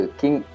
king